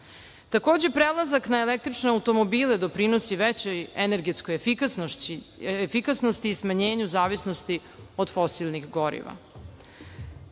prelazak na električne automobile doprinosi većoj energetskoj efikasnosti i smanjenju zavisnosti od fosilnih goriva.